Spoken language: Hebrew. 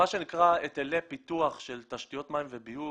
מה שנקרא היטלי פיתוח של תשתיות מים וביוב